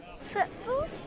Football